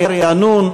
רענון.